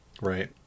right